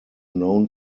known